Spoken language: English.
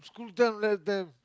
school tell that the